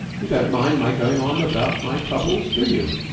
you don't mind my going on about my troubles, do you?